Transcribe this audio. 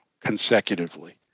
consecutively